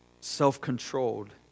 Self-controlled